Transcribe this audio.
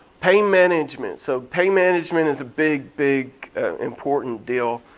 pain management, so pain management is a big big important deal.